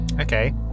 Okay